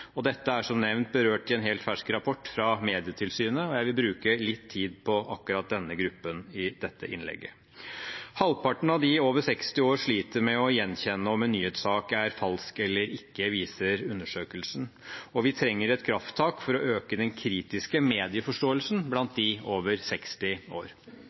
nyheter. Dette er, som nevnt, berørt i en helt fersk rapport fra Medietilsynet, og jeg vil bruke litt tid på akkurat denne gruppen i dette innlegget. Halvparten av de over 60 år sliter med å gjenkjenne om en nyhetssak er falsk eller ikke, viser undersøkelsen. Vi trenger et krafttak for å øke den kritiske medieforståelsen blant dem over 60 år.